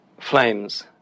flames